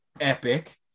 epic